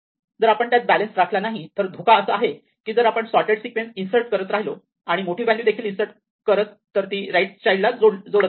जर आपण त्यात बॅलेन्स राखला नाही तर धोका असा आहे की जर आपण सोर्टेड सिक्वेन्स इन्सर्ट करत राहिलो आणि मोठी व्हॅल्यू देखील इन्सर्ट करत तर ती राईट चाइल्ड ला जोडत राहते